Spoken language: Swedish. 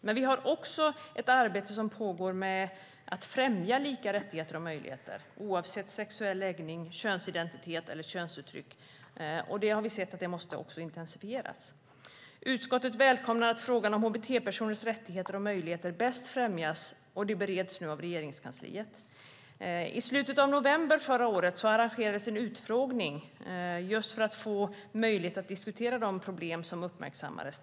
Men vi har också ett arbete som pågår med att främja lika rättigheter och möjligheter oavsett sexuell läggning, könsidentitet och könsuttryck. Vi har sett att det måste intensifieras. Utskottet välkomnar att frågan om hur hbt-personers rättigheter och möjligheter bäst främjas nu bereds av Regeringskansliet. I slutet av november förra året arrangerade man en utfrågning för att få möjlighet att diskutera problem som uppmärksammats.